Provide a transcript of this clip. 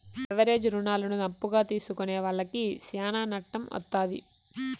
leverage రుణాలను అప్పుగా తీసుకునే వాళ్లకి శ్యానా నట్టం వత్తాది